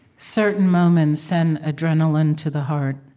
certain moments send adrenaline to the heart,